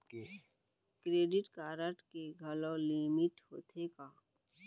Credit card के घलव limit होथे का?